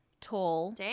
tall